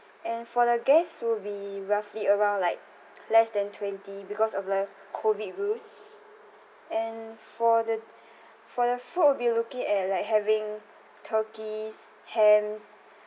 and for the guests will be roughly around like less than twenty because of the COVID rules and for the for the food we'll be looking at like having turkeys hams